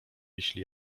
jeśli